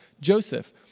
Joseph